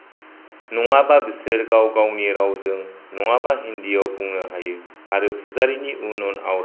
नङाबा बिसोर गाव गावनि रावजों नङाबा हिन्दीयाव बुंनो हायो आरो पुजारीनि उन उन आवरायो